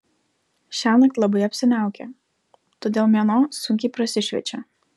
šiąnakt labai apsiniaukę todėl mėnuo sunkiai prasišviečia